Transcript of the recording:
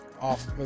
off